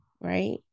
right